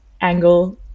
angle